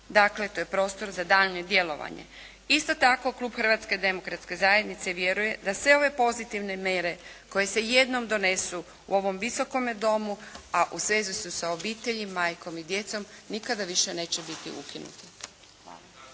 Dakle to je prostor za daljnje djelovanje. Isto tako Klub Hrvatske demokratske zajednice vjeruje da sve ove pozitivne mjere koje se jednom donesu u ovom Visokome domu a u svezi su s obitelji, majkom i djecom nikada više neće biti ukinute.